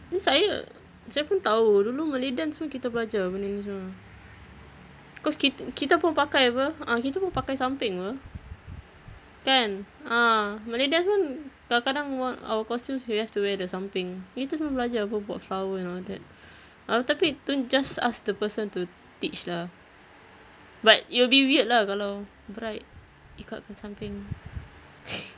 tapi saya saya pun tahu dulu malay dance pun kita belajar benda ni semua cause kit~ kita pun pakai apa a'ah kita pun pakai samping [pe] kan ah malay dance pun kadang-kadang w~ our costumes we have to wear the samping kita semua belajar [pe] buat flower and all that I was talking thi~ just ask the person to teach lah but it will be weird lah kalau bride ikatkan samping